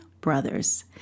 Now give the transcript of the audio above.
Brothers